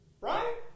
Right